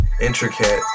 intricate